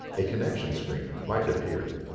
a connection screen might appear.